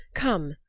come,